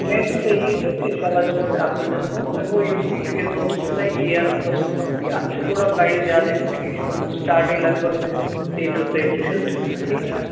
کیٚنٛہہ چھُنہٕ تُہۍ ییٖزیٚو تہٕ اِنشاء اللہ دِمہو تۄہہِ اَصٕل ڈِسکاوُنٛٹ وۅنۍ گوٚو یُس یہِ چھُ یَتھ منٛز ووٚنوٕ تۄہہِ اِیَر فٔسٹ کاپی اَتھ چھُ تھوڑا پرٛایِز زیادَے پَہَن یہِ چھُ گژھان سِٹارٹٕے لگ بگ تیٚتٕرٛہ ژۅیتٕرٛہ شَتھ رۄپیہِ پٮ۪ٹھ ٹھیٖک چھا